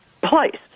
place